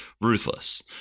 Ruthless